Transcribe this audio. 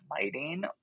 lighting